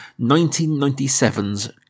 1997's